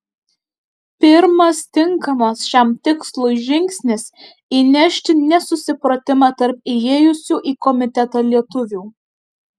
pirmas tinkamas šiam tikslui žingsnis įnešti nesusipratimą tarp įėjusių į komitetą lietuvių